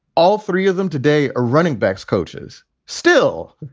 all three of them today are running backs. coaches still,